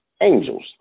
angels